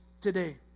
today